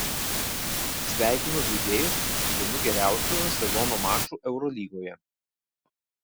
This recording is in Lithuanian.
sveikinu žaidėjus su vienu geriausių sezono mačų eurolygoje